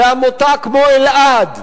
בעמותה כמו אלע"ד,